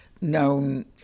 known